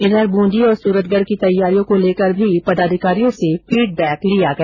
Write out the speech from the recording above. इधर बूंदी और सूरतगढ की तैयारियों को लेकर भी पदाधिकारियों से फीडबैक लिया गया